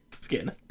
skin